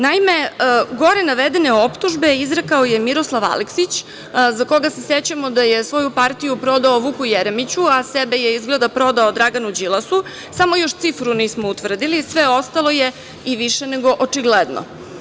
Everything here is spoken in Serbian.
Naime, gore navedene optužbe izrekao je Miroslav Aleksić za koga se sećamo da je svoju partiju prodao Vuku Jeremiću, a sebe je izgleda prodao Draganu Đilasu, samo još cifru nismo utvrdili, sve ostalo je i više nego očigledno.